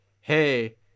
Hey